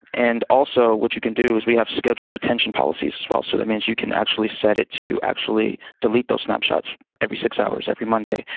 and also what you can do is we have scheduled retention policies as well. so that means you can actually set it to actually delete those snapshots every six hours, every monday,